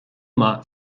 maith